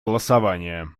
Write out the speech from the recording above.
голосования